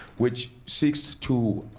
which seeks to